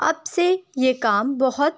اب سے یہ کام بہت